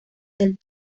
del